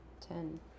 ten